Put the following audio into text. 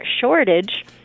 shortage